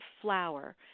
flower